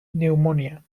pneumonia